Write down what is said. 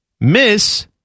Miss